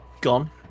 gone